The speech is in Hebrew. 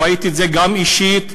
וראיתי את זה גם אישית,